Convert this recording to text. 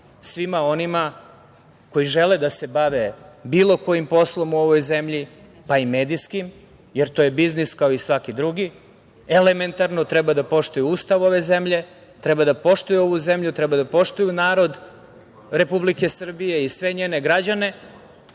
svima onima koji žele da se bave bilo kojim poslom u ovoj zemlji, pa i medijskim jer to je biznis kao i svaki drugi, elementarno – treba da poštuju Ustav ove zemlje, treba da poštuju ovu zemlju, treba da poštuju narod Republike Srbije i sve njene građane. Ono